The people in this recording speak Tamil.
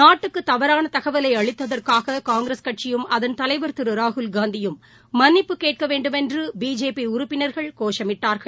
நாட்டுக்கு தவறான தகவலை அளித்ததற்காக காங்கிரஸ் கட்சியும் அதன் தலைவர் திரு ராகுல் காந்தியும் மன்னிப்பு கேட்க வேண்டுமென்று பிஜேபி உறுப்பினர்கள் கோஷமிட்டார்கள்